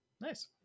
Nice